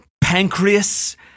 Pancreas